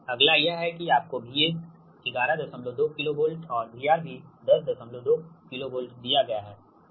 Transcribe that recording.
अगला यह है कि आपको VS 112 KV और VR भी 102 KV दिया गया है